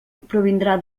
provindrà